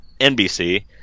NBC